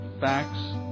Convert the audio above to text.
facts